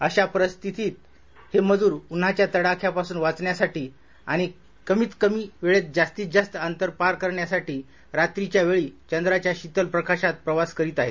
अशा परिस्थितीत हे मजूर उन्हाच्या तडाख्यापासून वाचण्यासाठी आणि कमीतकमी वेळेत जास्तीत जास्त अंतर पार करण्यासाठी रात्रीच्या वेळी चंद्राच्या शीतल प्रकाशात प्रवास करित आहेत